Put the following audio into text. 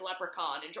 Leprechaun